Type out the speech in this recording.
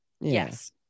Yes